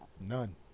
None